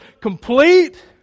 complete